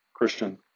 Christian